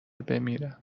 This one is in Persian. بمیرم